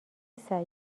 سعی